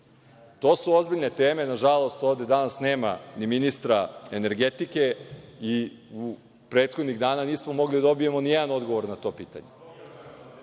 su ozbiljne teme, nažalost, ovde danas nema ni ministra energetike i prethodnih dana nismo mogli da dobijemo nijedan odgovor na to pitanje.